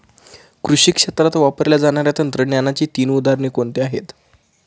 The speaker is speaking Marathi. कृषी क्षेत्रात वापरल्या जाणाऱ्या तंत्रज्ञानाची तीन उदाहरणे कोणती आहेत?